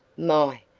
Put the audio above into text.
my,